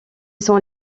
sont